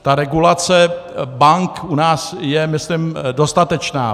Ta regulace bank u nás je myslím dostatečná.